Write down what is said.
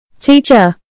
Teacher